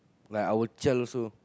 like I our child also